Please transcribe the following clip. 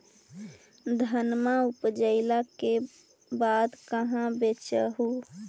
धनमा उपजाईला के बाद कहाँ बेच हू?